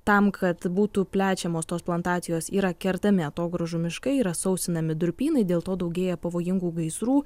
tam kad būtų plečiamos tos plantacijos yra kertami atogrąžų miškai yra sausinami durpynai dėl to daugėja pavojingų gaisrų